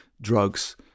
drugs